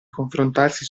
confrontarsi